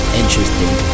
interesting